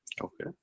Okay